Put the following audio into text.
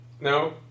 No